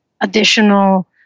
additional